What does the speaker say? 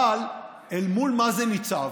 אבל אל מול מה זה ניצב?